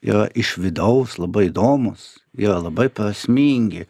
yra iš vidaus labai įdomūs yra labai prasmingi